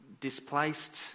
displaced